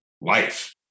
life